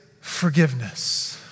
forgiveness